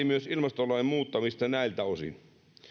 myös ilmastolain muuttamista näiltä osin